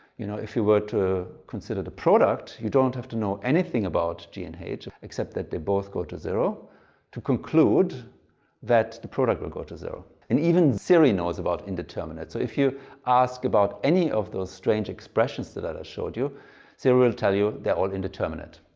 you know if you were to consider the product you don't have to know anything about g and h except that they both go to zero to conclude that the product will go to zero and even siri knows about indeterminate. so if you ask about any of those strange expressions that i showed you siri will tell you they're all indeterminate.